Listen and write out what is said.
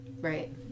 Right